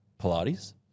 Pilates